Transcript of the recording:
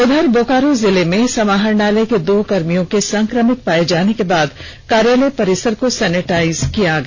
उधर बोकारो जिले में समाहरणालय के दो कर्मियों के संक्रमित पाये जाने के बाद कार्यालय परिसर को सेनिटाइज किया गया